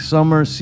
Summer